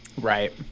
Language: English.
Right